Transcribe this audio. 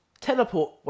teleport